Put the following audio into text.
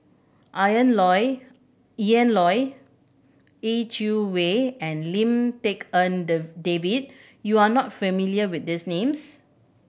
Loy Ian Loy Yeh Chi Wei and Lim Tik En David you are not familiar with these names